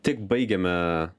tik baigiame